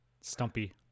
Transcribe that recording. Stumpy